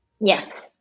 Yes